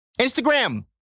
Instagram